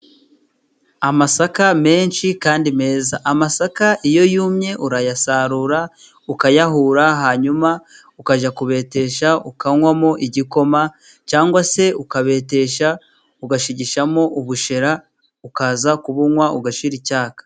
Amasaka menshi kandi meza, amasaka iyo yumye urayasarura, ukayahura, hanyuma ukajya kubetesha ukanywamo igikoma, cyangwa se ukabetesha ugashigishamo ubushera, ukaza kubunywa ugashira icyaka.